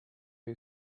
who